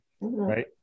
right